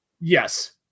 Yes